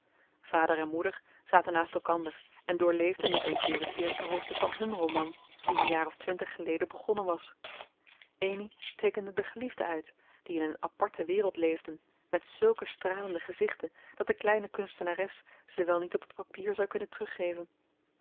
vader en moeder zaten naast elkander en doorleefden nog eens weer het eerste hoofdstuk van hun roman die een jaar of twintig geleden begonnen was amy teekende de gelieven uit die in een aparte wereld leefden met zulke stralende gezichten dat de kleine kunstenares ze wel niet op het papier zou kunnen teruggeven